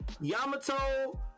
Yamato